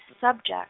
subject